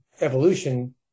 evolution